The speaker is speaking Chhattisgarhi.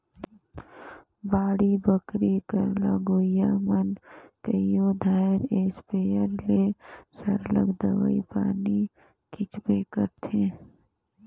बाड़ी बखरी कर लगोइया मन कइयो धाएर इस्पेयर ले सरलग दवई पानी छींचबे करथंे